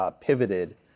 pivoted